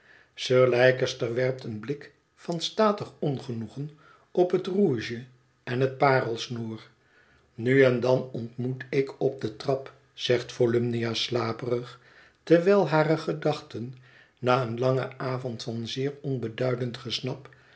sir leicester werpt een blik van statig ongenoegen op het rouge en het parelsnoer nu en dan ontmoet ik op de trap zegt volumnia slaperig terwijl hare gedachten na een langen avond van zeer onbeduidend gesnap